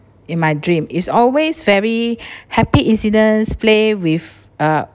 in my dream is always very happy incidents play with uh